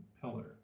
pillar